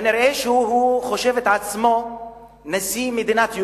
נראה שהוא חושב את עצמו נשיא מדינת ירושלים.